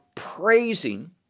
praising